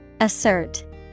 Assert